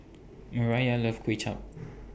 Mariah loves Kuay Chap